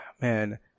man